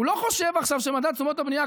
הוא לא חושב עכשיו שמדד תשומות הבנייה,